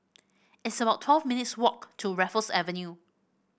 it's about twelve minutes' walk to Raffles Avenue